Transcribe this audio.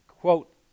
quote